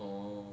orh